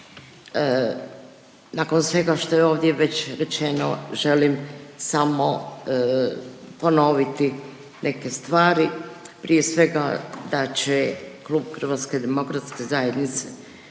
nakon svega što je ovdje već rečeno, želim samo ponoviti neke stvari, prije svega, da će Klub HDZ-a podržati donošenje